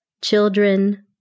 children